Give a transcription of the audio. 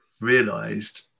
realised